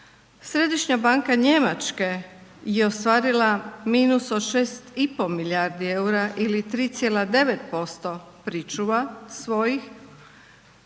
Središnja banka Njemačke je ostvarila minus od 6,5 milijardi eura ili 3,9% pričuva svojih.